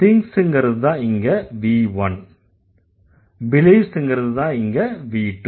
thinks ங்கறதுதான் இங்க V1 believes ங்கறதுதான் இங்க V2